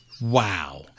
Wow